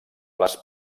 les